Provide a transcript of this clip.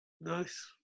Nice